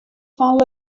fan